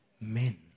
men